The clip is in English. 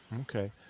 Okay